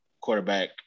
quarterback